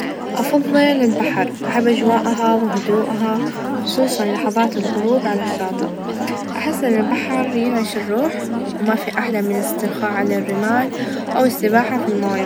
أحب الكلاب لأنها وفية وتحب اللعب، وجودها معاك يعطيك إحساس بالأمان، والرفقة، غير كذا يخلونك دايمًا مبتسمين الكلاب تحس -إ- كأنها جزء من العائلة.